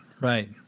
right